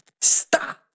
Stop